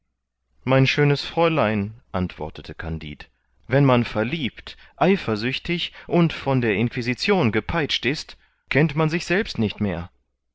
mein schönes fräulein antwortete kandid wenn man verliebt eifersüchtig und von der inquisition gepeitscht ist kennt man sich selbst nicht mehr